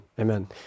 amen